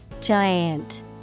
Giant